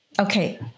okay